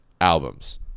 albums